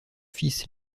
fils